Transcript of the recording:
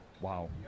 Wow